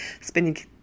spending